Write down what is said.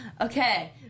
Okay